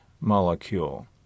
molecule